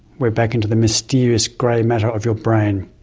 we're back into the mysterious grey matter of your brain.